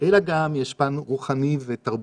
אלא גם יש פן רוחני ותרבותי.